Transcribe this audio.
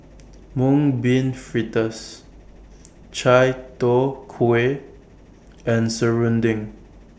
Mung Bean Fritters Chai Tow Kway and Serunding